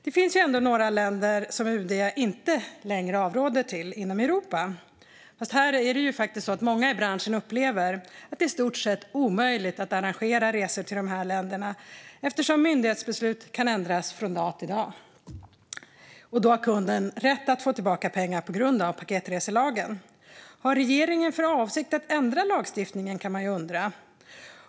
Det finns ändå några länder inom Europa som UD inte längre avråder från att resa till. Men många i branschen upplever att det i stort sett är omöjligt att arrangera resor till de länderna eftersom myndighetsbeslut kan ändras från en dag till en annan, och kunden har på grund av paketreselagen rätt att få tillbaka pengarna. Man kan undra om regeringen har för avsikt att ändra lagstiftningen.